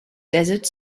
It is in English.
desert